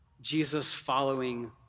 Jesus-following